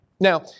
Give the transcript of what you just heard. Now